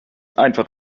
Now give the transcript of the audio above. einfach